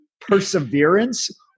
perseverance